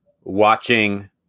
watching